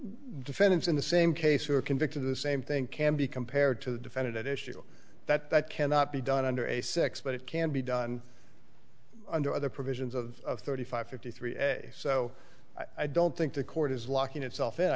defendants in the same case were convicted of the same thing can be compared to the defendant at issue that that cannot be done under a six but it can be done under other provisions of thirty five fifty three so i don't think the court is locking itself in i